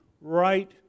right